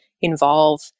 involve